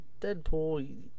Deadpool